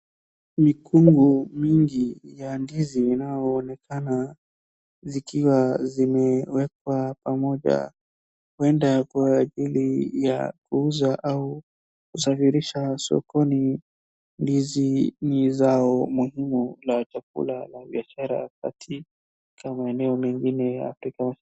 Mikungu mingi za ndizi inaonekana zikiwa zimewekwa pamoja. Huenda kwa ajili ya kuuza au kusafirisha sokoni. Ndizi ni zao muhimu la chakula la biashara katika maeneo mengine ya taifa.